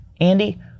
Andy